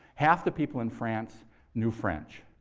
half the people in france knew french.